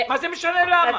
מה זה משנה למה?